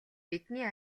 бидний